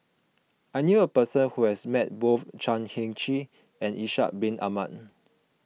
I knew a person who has met both Chan Heng Chee and Ishak Bin Ahmad